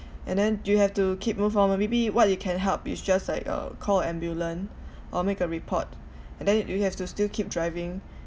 and then you have to keep move on or maybe what you can help is just like uh call ambulance or make a report and then you have to still keep driving